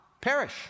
perish